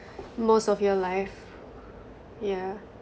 most of your life yeah